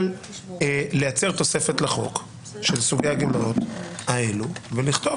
-- אבל לייצר תוספת לחוק של סוגי הגמלאות האלה ולכתוב